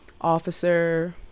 officer